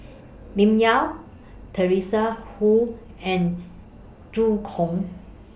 Lim Yau Teresa Hsu and Zhu Hong